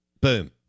boom